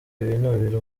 binubira